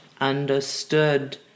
understood